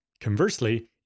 Conversely